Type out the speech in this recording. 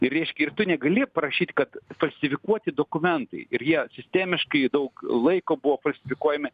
ir ryški ir tu negali parašyt kad falsifikuoti dokumentai ir jie sistemiškai daug laiko buvo falsifikuojami